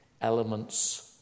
elements